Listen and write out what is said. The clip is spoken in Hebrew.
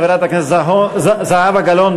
חברת הכנסת זהבה גלאון,